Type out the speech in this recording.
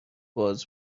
باز